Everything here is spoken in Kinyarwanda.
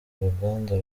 uruganda